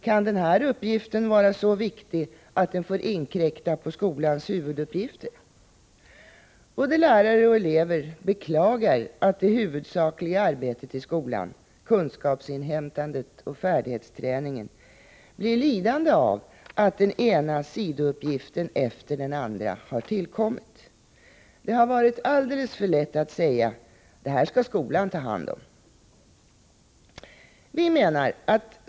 Kan den här uppgiften vara så viktig att den får inkräkta på skolans huvuduppgifter? Både lärare och elever beklagar att det huvudsakliga arbetet i skolan — kunskapsinhämtande och färdighetsträning — blir lidande av att den ena sidouppgiften efter den andra tillkommer. Det har varit alldeles för lätt att säga: Det här skall skolan ta hand om.